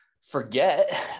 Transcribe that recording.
forget